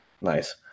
Nice